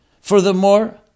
Furthermore